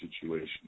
situation